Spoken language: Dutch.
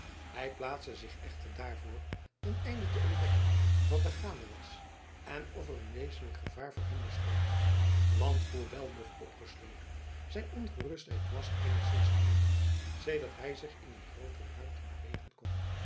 hij plaatste zich echter daarvoor ten einde te ontdekken wat er gaande was en of er een wezenlijk gevaar voor hem bestond want hoewel nog opgesloten zijn ongerustheid was eenigszins verminderd sedert hij zich in een grootere ruimte bewegen kon